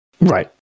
Right